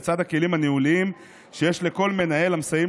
לצד הכלים הניהוליים שיש לכל מנהל המסייעים